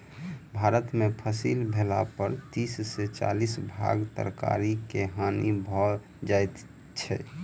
भारत में फसिल भेला पर तीस से चालीस भाग तरकारी के हानि भ जाइ छै